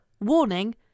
warning